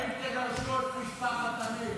האם תגרשו את משפחת עמיר,